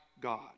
God